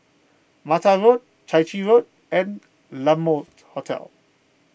Mata Road Chai Chee Road and La Mode Hotel